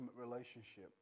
relationship